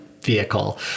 vehicle